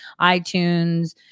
iTunes